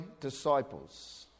disciples